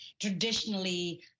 traditionally